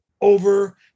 over